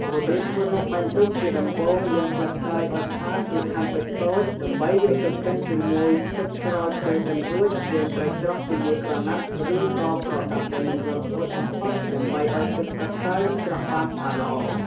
រប្រៀបធ្វើនំបាញ់ឌុកជាដំបូងលាងស្លឹកតើយឲ្យស្អាតរួចហាន់តូចៗដើម្បីយកទៅកិនជាមួយទឹកក្រោយពេលកិនរួចយើងត្រូវច្រោះជាមួយក្រណាត់ឬក៏ប្រដាប់ដែលមានរន្ធតូចបំផុតដើម្បីឲ្យទឹកស្លឹកតើយច្រោះបានស្អាតល្អ។